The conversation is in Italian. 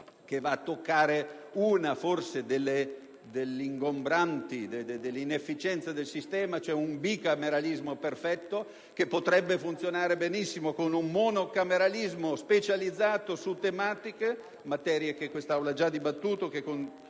che va a toccare una delle ingombranti inefficienze del sistema, cioè il bicameralismo perfetto. Laddove potrebbe funzionare benissimo un monocameralismo specializzato per tematiche (materia che questa Assemblea ha già dibattuto